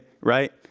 right